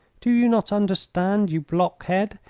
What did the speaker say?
do you not understand, you blockhead,